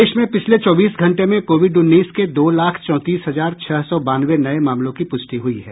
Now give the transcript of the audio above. देश में पिछले चौबीस घंटे में कोविड उन्नीस के दो लाख चौंतीस हजार छह सौ बानवे नये मामलों की पुष्टि हुई है